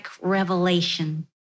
revelation